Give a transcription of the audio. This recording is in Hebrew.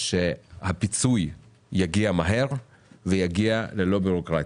שהפיצוי יגיע מהר ויגיע ללא ביורוקרטיה.